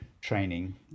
training